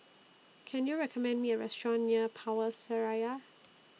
Can YOU recommend Me A Restaurant near Power Seraya